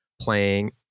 playing